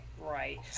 Right